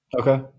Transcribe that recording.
Okay